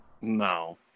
No